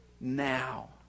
now